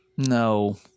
No